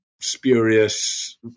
spurious